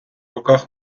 руках